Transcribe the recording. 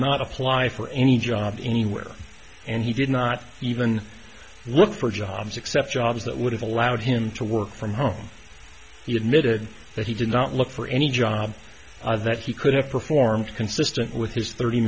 not apply for any job anywhere and he did not even look for jobs except jobs that would have allowed him to work from home he admitted that he did not look for any job that he could have performed consistent with his thirty